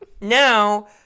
Now